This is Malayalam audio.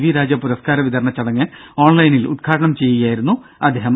വി രാജ പുരസ്കാര വിതരണച്ചടങ്ങ് ഓൺലൈനിൽ ഉദ്ഘാടനം ചെയ്യുകയായിരുന്നു അദ്ദേഹം